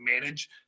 manage